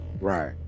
Right